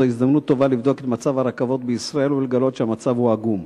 וזו הזדמנות טובה לבדוק את מצב הרכבות בישראל ולגלות שהמצב עגום.